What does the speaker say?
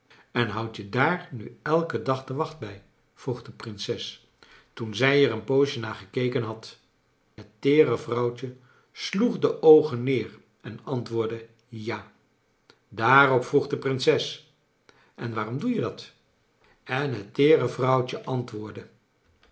en houd je daar nu elken dag de wacht bijr vroeg de prinses toen zij er een poosje naar gekeken had het teere vrouwtje sloeg de oogen neer en antwoordde ja daarop vroeg de prinses en waarom doe je dat en het teere vrouwtje antwoordde